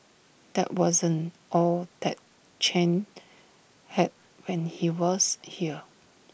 that wasn't all that Chen had when he was here